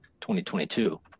2022